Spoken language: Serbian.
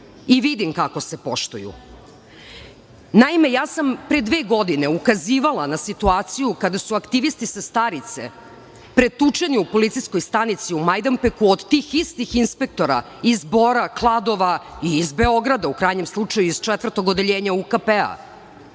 i vidim kako se poštuju. Naime, ja sam pre dve godine ukazivala na situaciju kada su aktivisti sa Starice pretučeni u policijskoj stanici u Majdanpeku od tih istih inspektora iz Bora, Kladova i iz Beograda, u krajnjem slučaju iz Četvrtog odeljenja UKP-a. Ti